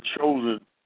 chosen